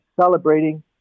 celebrating